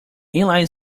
inline